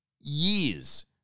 years